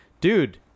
Dude